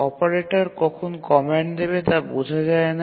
operator কখন command দেবে তা বোঝা যায় না